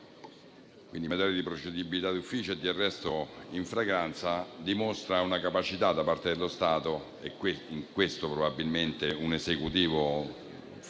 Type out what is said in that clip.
oggi, in materia di procedibilità d'ufficio e di arresto in flagranza, dimostra una capacità da parte dello Stato - in questo probabilmente un Esecutivo può fare